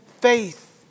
faith